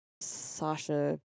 Sasha